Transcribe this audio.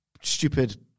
stupid